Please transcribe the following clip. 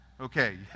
Okay